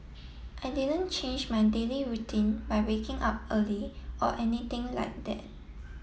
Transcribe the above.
I didn't change my daily routine by waking up early or anything like that